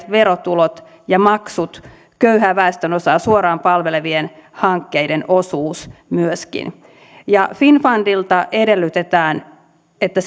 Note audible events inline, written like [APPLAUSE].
[UNINTELLIGIBLE] verotulot ja maksut köyhää väestönosaa suoraan palvelevien hankkeiden osuus myöskin finnfundilta edellytetään että [UNINTELLIGIBLE]